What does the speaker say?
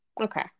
Okay